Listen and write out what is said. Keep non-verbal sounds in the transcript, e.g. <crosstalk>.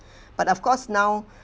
<breath> but of course now